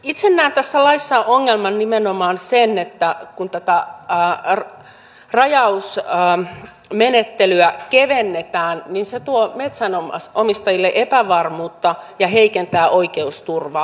itse näen tässä laissa ongelmana nimenomaan sen että kun tätä rajausmenettelyä kevennetään niin se tuo metsänomistajille epävarmuutta ja heikentää oikeusturvaa